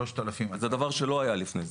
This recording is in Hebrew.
זה דבר שלא היה לפני כן.